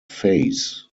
phase